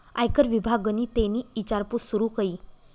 आयकर विभागनि तेनी ईचारपूस सूरू कई